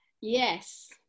Yes